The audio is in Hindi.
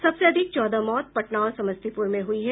सबसे अधिक चौदह मौत पटना और समस्तीपुर में हुई हैं